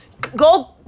Go